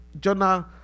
journal